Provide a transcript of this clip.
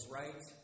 right